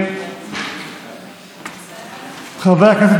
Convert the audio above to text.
חבר הכנסת